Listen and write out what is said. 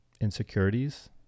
insecurities